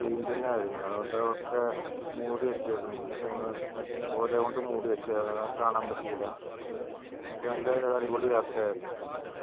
പെയ്റ്റിങ്ങായിരുന്നു അവിടെ ഒക്കെ മൂടി വെച്ചായിരുന്നു അങ്ങനെ ഓല കൊണ്ട് മൂടിവെച്ചായിരുന്നു കാണാൻ പറ്റിയില്ല അതൊക്കെ നല്ല ഒരു അടിപൊളി യാത്രയായിരുന്നു